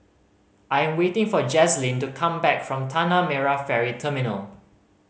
I am waiting for Jazlene to come back from Tanah Merah Ferry Terminal